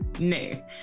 no